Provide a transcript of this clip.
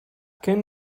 can